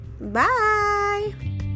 Bye